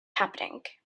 happening